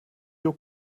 your